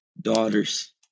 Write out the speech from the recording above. daughters